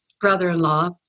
brother-in-law